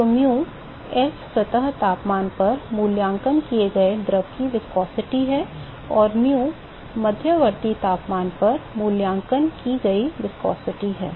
तो mu s सतह तापमान पर मूल्यांकन किए गए द्रव की viscosity है और mu मध्यवर्ती तापमान पर मूल्यांकन की गए viscosity है